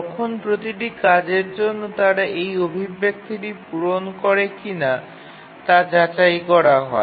এখন প্রতিটি কাজের জন্য তারা এই অভিব্যক্তিটি পূরণ করে কিনা তা যাচাই করা হয়